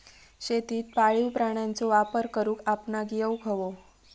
शेतीत पाळीव प्राण्यांचो वापर करुक आपणाक येउक हवो